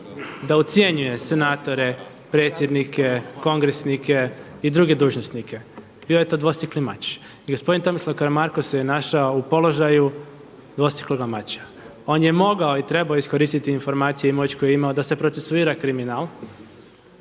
da ucjenjuje senatore, predsjednike, kongresnike i druge dužnosnike, bio je to dvosjekli mač. I gospodin Tomislav Karamarko se našao u položaju dvosjekloga mača. On je mogao i trebao iskoristiti informacije i moć koju je imao da se procesuira kriminal.